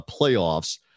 playoffs